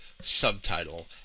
subtitle